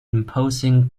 imposing